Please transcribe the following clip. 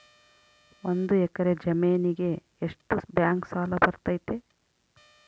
ಒಂದು ಎಕರೆ ಜಮೇನಿಗೆ ಎಷ್ಟು ಬ್ಯಾಂಕ್ ಸಾಲ ಬರ್ತೈತೆ?